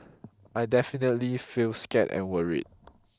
I definitely feel scared and worried